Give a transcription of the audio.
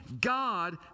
God